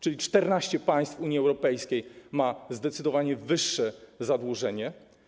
14 państw Unii Europejskiej ma zdecydowanie wyższe zadłużenie.